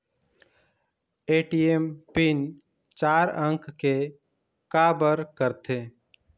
ATM PIN चार अंक के का बर करथे?